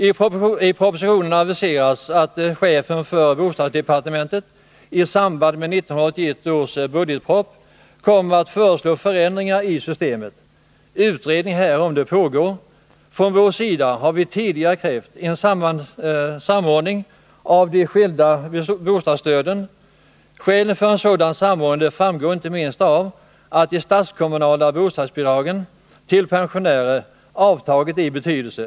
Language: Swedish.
I propositionen aviseras att chefen för bostadsdepartementet i samband med 1981 års budgetproposition kommer att föreslå förändringar i systemet. Utredning härom pågår. Från vår sida har vi tidigare krävt en sådan samordning av de skilda bostadsstöden. Ett av skälen till en samordning är det faktum att de statskommunala bostadsbidragen till pensionärer avtagit i betydelse.